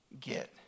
get